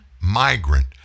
migrant